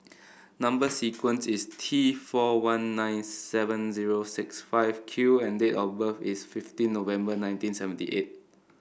number sequence is T four one nine seven zero six five Q and date of birth is fifteen November nineteen seventy eight